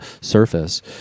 surface